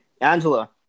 Angela